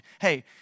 hey